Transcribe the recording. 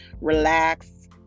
relax